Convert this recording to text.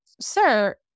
Sir